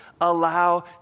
allow